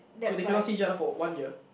so they cannot see each other for one year